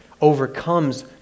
overcomes